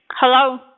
Hello